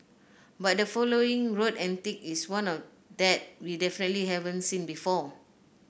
but the following road antic is one of that we definitely haven't seen before